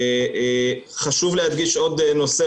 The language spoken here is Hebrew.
חשוב להדגיש עוד נושא,